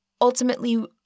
ultimately